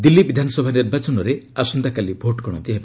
ଦିଲ୍ଲୀ ବିଧାନସଭା ନିର୍ବାଚନରେ ଆସନ୍ତାକାଲି ଭୋଟଗଣତି ହେବ